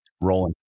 Rolling